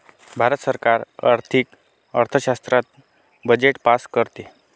भारत सरकार आर्थिक अर्थशास्त्रात बजेट पास करते